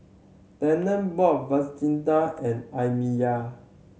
Tanner bought Fajita and Amiya